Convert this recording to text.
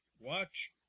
watch